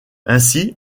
ainsi